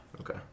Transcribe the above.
okay